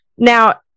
Now